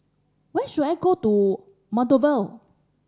where should I go to Moldova